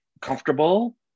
comfortable